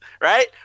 right